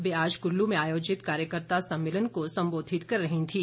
वे आज कुल्लू में आयोजित कार्यकर्ता सम्मेलन को संबोधित कर रही थीं